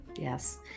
Yes